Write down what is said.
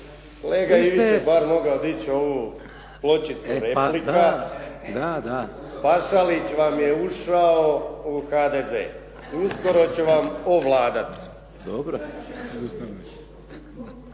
Kolega Ivić je bar mogao dići ovu pločicu replika, Pašalić vam je ušao u HDZ, uskoro će vam ovladati./